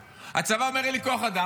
הצבא אומר: אין לי כוח אדם,